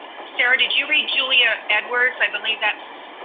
sara, did you read julia edwards? i believe that's,